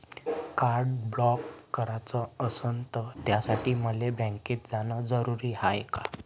Card block कराच असनं त त्यासाठी मले बँकेत जानं जरुरी हाय का?